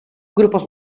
grupos